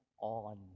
on